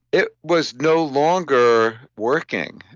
it was no longer working,